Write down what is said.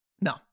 no